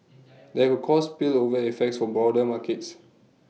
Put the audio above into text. that could cause spillover effects for broader markets